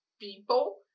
people